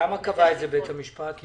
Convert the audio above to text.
למה בית המשפט קבע את זה?